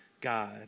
God